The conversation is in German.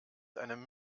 einem